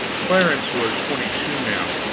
clarence was twenty-two now,